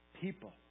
people